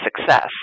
success